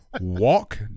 Walk